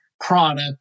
product